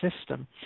system